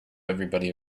everybody